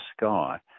sky